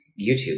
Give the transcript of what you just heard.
youtube